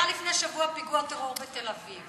היה לפני שבוע פיגוע טרור בתל-אביב.